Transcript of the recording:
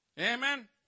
Amen